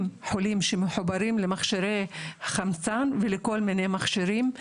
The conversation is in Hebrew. חולים שמחוברים למכשירי חמצן ולכל מיני מכשירים,